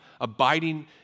abiding